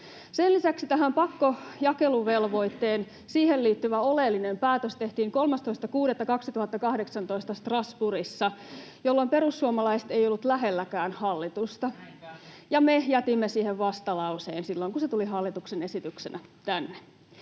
Sen lisäksi tähän pakkojakeluvelvoitteeseen liittyvä oleellinen päätös tehtiin Strasbourgissa 13.6.2018, jolloin perussuomalaiset eivät olleet lähelläkään hallitusta, [Leena Meri: Näinpä!] ja me jätimme siihen vastalauseen silloin, kun se tuli hallituksen esityksenä tänne.